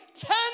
ten